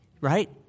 right